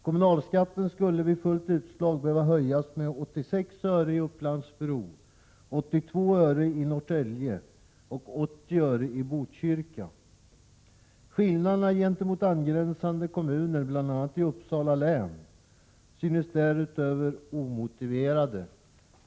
Kommunalskat ten skulle vid fullt utslag behöva höjas med 86 öre i Upplands Bro, 82 öre i Norrtälje och 80 öre i Botkyrka. Skillnaderna gentemot angränsande kommuner, bl.a. i Uppsala län, synes därutöver omotiverade.